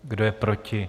Kdo je proti?